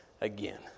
again